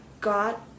God